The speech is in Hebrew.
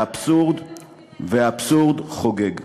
והאבסורד חוגג.